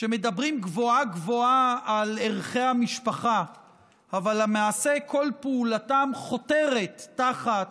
שמדברים גבוהה-גבוהה על ערכי המשפחה אבל למעשה כל פעולתם חותרת תחת